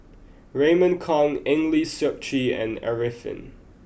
Raymond Kang Eng Lee Seok Chee and Arifin